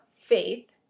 faith